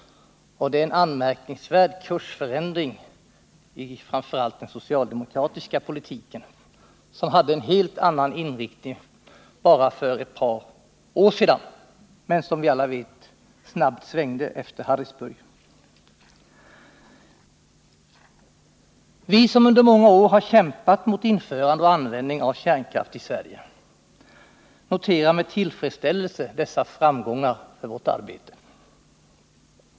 Det är en anmärkningsvärd kursförändring i framför allt den socialdemokratiska politiken, som hade en helt annan inriktning bara för ett par år sedan men som — som vi alla vet — snabbt svängde efter Harrisburg. Vi som under många år kämpat mot införande och användning av kärnkraft i Sverige noterar med tillfredsställelse dessa framgångar för vårt arbete.